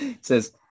Says